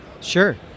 sure